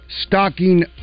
stocking